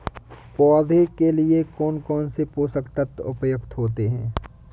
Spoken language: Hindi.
पौधे के लिए कौन कौन से पोषक तत्व उपयुक्त होते हैं?